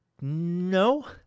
No